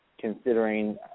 considering